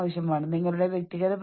അടുത്തത് വ്യക്തിബന്ധങ്ങളാണ്